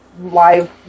live